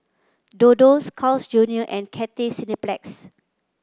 Dodo Carl's Junior and Cathay Cineplex